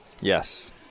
Yes